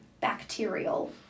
bacterial